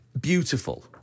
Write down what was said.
beautiful